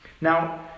Now